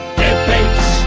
debates